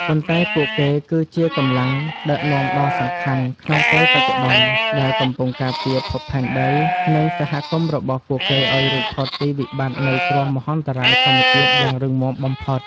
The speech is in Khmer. ប៉ុន្តែពួកគេគឺជាកម្លាំងដឹកនាំដ៏សំខាន់ក្នុងពេលបច្ចុប្បន្ន ដែលកំពុងការពារភពផែនដី និងសហគមន៍របស់ពួកគេឱ្យរួចផុតពីវិបត្តិនៃគ្រោះមហន្តរាយធម្មជាតិយ៉ាងរឹងមាំបំផុត។